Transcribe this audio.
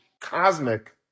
cosmic